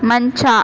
ಮಂಚ